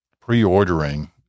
pre-ordering